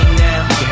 now